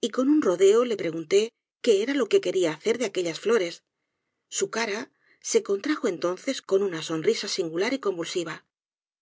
y con un rodeo le pregunté qué era lo que quería hacer de aquellas flores su cara se contrajo entonces con una sonrisa singular y convulsiva